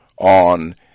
on